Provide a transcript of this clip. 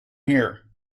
here